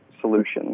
solution